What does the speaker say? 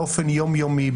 באופן יומיומי,